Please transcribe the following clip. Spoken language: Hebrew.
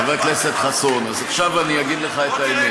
חבר הכנסת חסון, אז עכשיו אני אגיד לך את האמת.